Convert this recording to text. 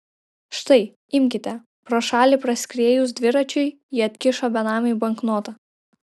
štai imkite pro šalį praskriejus dviračiui ji atkišo benamiui banknotą